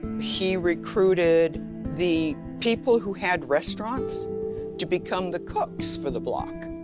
he recruited the people who had restaurants to become the cooks for the block.